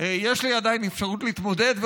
יש לך עדיין אפשרות להתמודד.